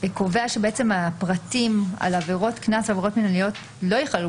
קובע שהפרטים על עבירות קנס ועבירות מינהליות לא ייכללו